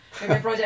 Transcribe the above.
!huh!